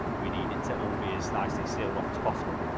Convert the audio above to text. we need it to all be as nicely sealed off as possible,